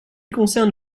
concerne